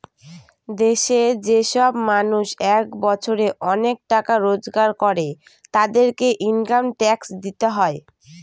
দেশে যে সব মানুষ এক বছরে অনেক টাকা রোজগার করে, তাদেরকে ইনকাম ট্যাক্স দিতে হয়